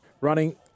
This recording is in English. running